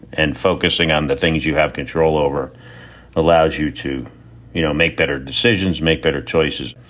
and focusing on the things you have control over allows you to you know make better decisions, make better choices.